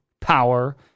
power